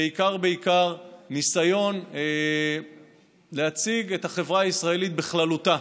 ובעיקר בעיקר ניסיון להציג את החברה הישראלית בכללותה,